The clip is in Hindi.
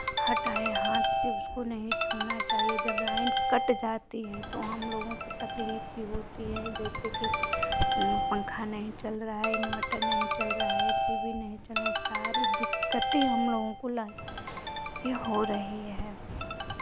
हटाएँ हाथ से उसको नहीं छूना चाहिए जब लाइन कट जाती है तो हम लोगों को तकलीफ भी होती है जैसे कि पंखा नहीं चल रहा है इनवर्टर नहीं चल रहा है टी वी नहीं चल रहा है सारी दिक्कतें हम लोगों को लाइन से हो रही है